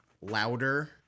louder